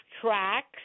tracks